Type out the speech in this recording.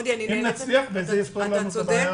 אם נצליח, זה יפתור לנו את הבעיה.